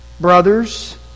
Brothers